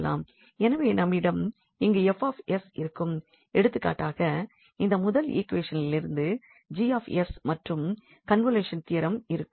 எனவே நம்மிடம் இங்கு 𝐹𝑠 இருக்கும் எடுத்துக்காட்டாக இந்த முதல் ஈக்வேஷனிலிருந்து 𝐺𝑠 மற்றும் கண்வொலுஷன் தியரம் இருக்கும்